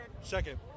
Second